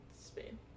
Spain